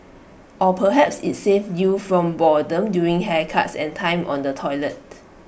or perhaps IT saved you from boredom during haircuts and time on the toilet